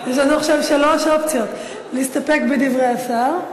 יש לנו עכשיו שלוש אופציות: להסתפק בדברי השר,